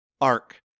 arc